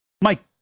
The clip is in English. Mike